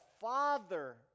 father